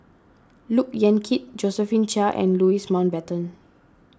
Look Yan Kit Josephine Chia and Louis Mountbatten